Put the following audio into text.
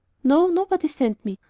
no nobody sent me.